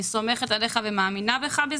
אני סומכת עליך ומאמינה בך.